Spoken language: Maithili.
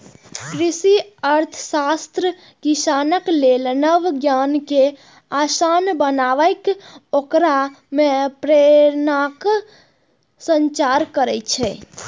कृषि अर्थशास्त्र किसानक लेल नव ज्ञान कें आसान बनाके ओकरा मे प्रेरणाक संचार करै छै